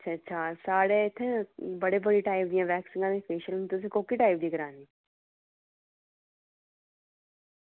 अच्छा अच्छा साढ़े इत्थें बड़े बड़े टाइप दियां वैक्सिगां ते फेशियल तुसें कोह्के टाइप दी करानी